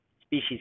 species